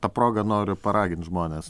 ta proga noriu paragint žmones